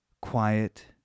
quiet